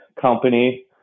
company